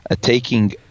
taking